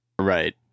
Right